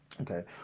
Okay